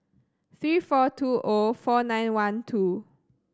three four two O four nine one two